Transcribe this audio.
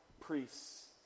priests